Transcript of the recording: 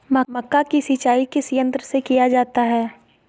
मक्का की सिंचाई किस यंत्र से किया जाता है?